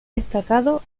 destacado